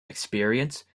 experience